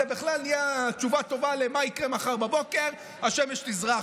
זה בכלל נהיה תשובה טובה למה יקרה מחר בבוקר: השמש תזרח.